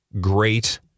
great